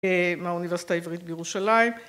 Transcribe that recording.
מהאוניברסיטה העברית בירושלים.